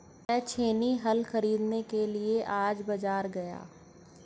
मैं छेनी हल खरीदने के लिए आज बाजार गया